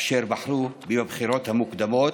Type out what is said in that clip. אשר בחרו בי בבחירות המוקדמות